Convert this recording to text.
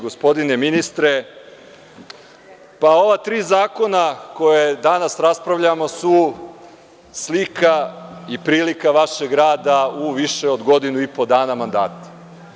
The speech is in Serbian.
Gospodine ministre, ova tri zakona koja danas raspravljamo su slika i prilika vašeg rada u više od godinu i po dana vašeg mandata.